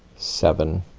seven